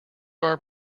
are